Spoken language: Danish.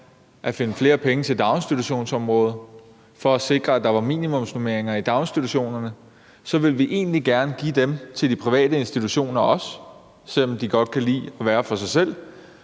at finde flere penge til daginstitutionsområdet for at sikre, at der var minimumsnormeringer i daginstitutionerne, så ville vi egentlig også gerne give dem til de private institutioner, selv om de godt kan lide at være for sig selv.